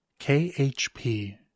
KHP